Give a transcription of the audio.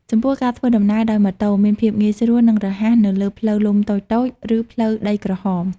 ចំពោះការធ្វើដំណើរដោយម៉ូតូមានភាពងាយស្រួល និងរហ័សនៅលើផ្លូវលំតូចៗ ឬផ្លូវដីក្រហម។